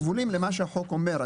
כבולים למה שהחוק אומר.